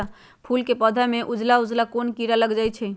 फूल के पौधा में उजला उजला कोन किरा लग जई छइ?